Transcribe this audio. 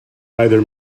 either